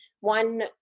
one